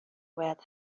باید